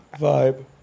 Vibe